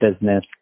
business